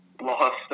lost